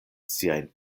siajn